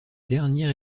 dernier